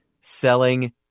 selling